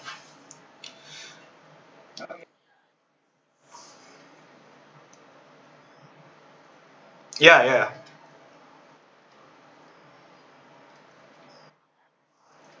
ya ya